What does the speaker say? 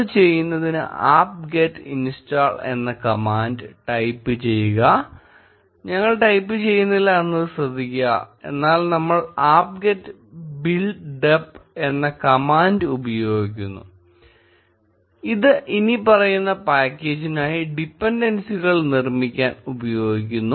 അത് ചെയ്യുന്നതിന് apt get install എന്ന കമാൻഡ് ടൈപ്പ് ചെയ്യുക ഞങ്ങൾ ടൈപ്പ് ചെയ്യുന്നില്ല എന്നത് ശ്രദ്ധിക്കുക എന്നാൽ നമ്മൾ apt get build dep എന്ന കമാൻഡ് ഉപയോഗിക്കുന്നു ഇത് ഇനിപ്പറയുന്ന പാക്കേജിനായി ഡിപൻഡൻസികൾ നിർമ്മിക്കാൻ ഉപയോഗിക്കുന്നു